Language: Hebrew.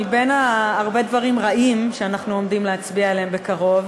מבין הרבה דברים רעים שאנחנו עומדים להצביע עליהם בקרוב,